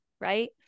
right